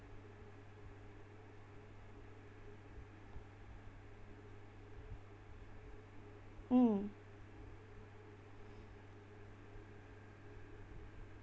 mm